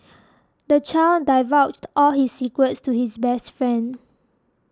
the child divulged all his secrets to his best friend